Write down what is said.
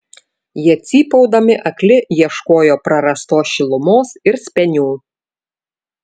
jie cypaudami akli ieškojo prarastos šilumos ir spenių